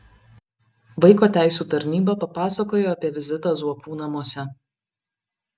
vaiko teisių tarnyba papasakojo apie vizitą zuokų namuose